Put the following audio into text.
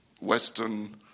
Western